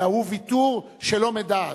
אלא הוא ויתור שלא מדעת,